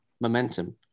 momentum